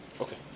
Okay